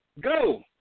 Go